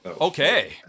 Okay